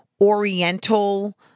oriental